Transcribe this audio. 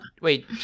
Wait